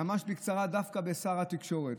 ממש בקצרה דווקא בשר התקשורת,